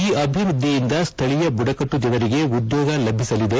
ಈ ಅಭಿವೃದ್ದಿಯಿಂದ ಸ್ವಳೀಯ ಬುಡಕಟ್ಟು ಜನರಿಗೆ ಉದ್ಯೋಗ ಲಭಿಸಲಿದೆ